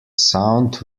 sound